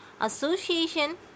association